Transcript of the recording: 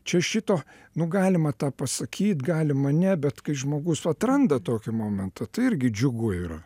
čia šito nu galima tą pasakyt galima ne bet kai žmogus atranda tokį momentą tai irgi džiugu yra